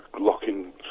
locking